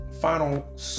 final